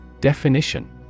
Definition